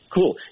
Cool